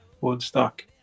Woodstock